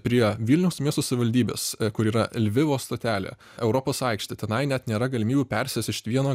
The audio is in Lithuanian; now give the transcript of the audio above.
prie vilniaus miesto savivaldybės kuri yra lvivo stotelė europos aikštė tenai net nėra galimybių persėst iš vieno